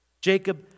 Jacob